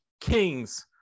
kings